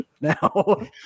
now